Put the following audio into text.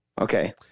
Okay